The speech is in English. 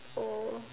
oh